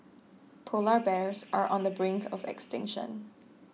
Polar Bears are on the brink of extinction